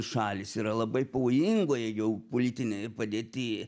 šalys yra labai pavojingoje geopolitinėje padėty